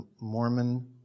Mormon